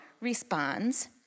responds